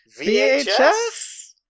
VHS